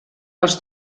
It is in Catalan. els